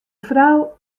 frou